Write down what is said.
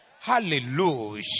Hallelujah